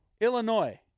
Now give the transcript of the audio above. Illinois